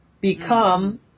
become